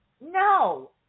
no